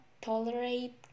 tolerate